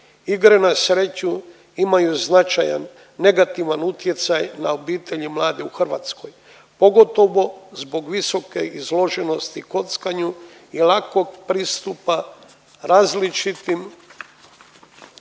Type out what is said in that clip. Igre na sreću imaju značajan negativan utjecaj na obitelj i mlade u Hrvatskoj pogotovo zbog visoke izloženosti kockanju i lakog pristupa različitim vrstama